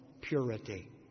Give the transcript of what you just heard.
purity